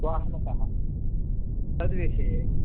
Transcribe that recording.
वाहनतः तद्विषये